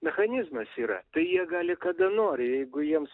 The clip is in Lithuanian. mechanizmas yra tai jie gali kada nori jeigu jiems